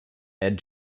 aired